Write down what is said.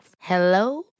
Hello